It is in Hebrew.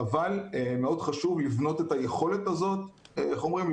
אבל מאוד חשוב לבנות את היכולת הזאת, איך אומרים?